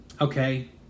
Okay